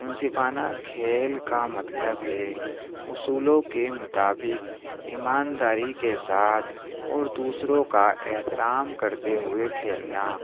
منصفانہ کھیل کا مطلب ہے اصولوں کے مطابق ایمانداری کے ساتھ اور دوسروں کا احترام کرتے ہوئے کھیلنا